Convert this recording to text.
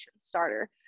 starter